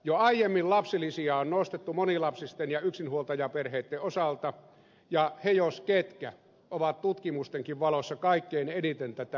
jo aiemmin lapsilisiä on nostettu monilapsisten ja yksinhuoltajaperheiden osalta ja he jos ketkä ovat tutkimustenkin valossa kaikkein eniten tätä tukea tarvinneet